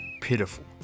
pitiful